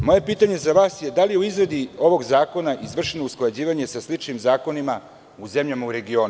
Moje pitanje za vas je da li je u izradi ovog zakona izvršeno usklađivanje sa sličnim zakonima u zemljama u regionu?